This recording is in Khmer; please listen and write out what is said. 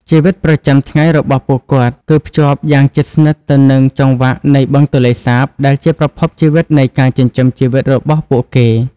ជីវិតប្រចាំថ្ងៃរបស់ពួកគាត់ គឺភ្ជាប់យ៉ាងជិតស្និទ្ធទៅនឹងចង្វាក់នៃបឹងទន្លេសាប ដែលជាប្រភពជីវិតនិងការចិញ្ចឹមជីវិតរបស់ពួកគេ។